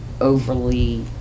overly